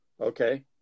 Okay